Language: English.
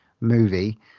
movie